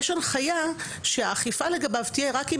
יש הנחיה שאכיפה לגביו תהיה רק אם